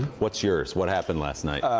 what's yours? what happened last night?